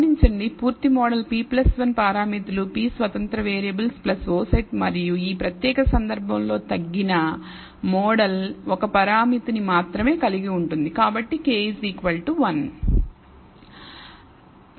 గమనించండి పూర్తి model p 1 పారామితులు p స్వతంత్ర వేరియబుల్ o సెట్ మరియు ఈ ప్రత్యేక సందర్భంలో తగ్గిన మోడల్ 1 పరామితిని మాత్రమే కలిగి ఉంటుంది కాబట్టి k 1